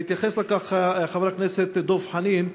והתייחס לכך חבר הכנסת דב חנין,